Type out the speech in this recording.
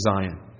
Zion